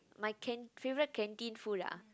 my can~ favourite canteen food ah